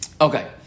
Okay